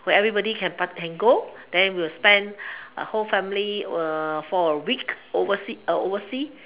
for everybody can go then we will spend whole family will a week overseas overseas